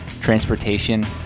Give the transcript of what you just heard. transportation